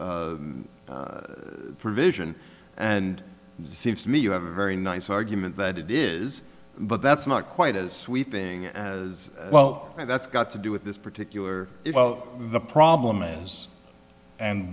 provision and seems to me you have a very nice argument that it is but that's not quite as sweeping as well and that's got to do with this particular well the problem is and